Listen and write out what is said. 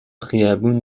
خیابون